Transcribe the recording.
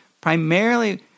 primarily